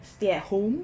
stay at home